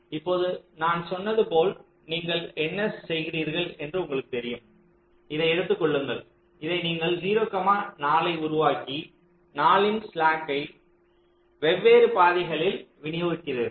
இப்போது நான் சொன்னது போல் நீங்கள் என்ன செய்கிறீர்கள் என்று உங்களுக்குத் தெரியும் இதை எடுத்துக் கொள்ளுங்கள் இதை நீங்கள் 0 4 ஐ உருவாக்கி 4 இன் ஸ்லாக்கை வெவ்வேறு பாதைகளில் விநியோகிக்கிறீர்கள்